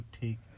take